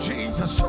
Jesus